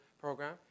program